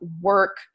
work